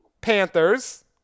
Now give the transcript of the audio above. Panthers